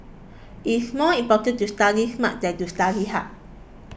it is more important to study smart than to study hard